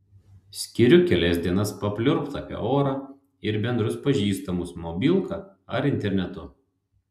skiriu kelias dienas papliurpt apie orą ir bendrus pažįstamus mobilka ar internetu